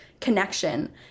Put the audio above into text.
connection